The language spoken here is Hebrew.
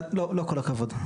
לא, לא כל הכבוד.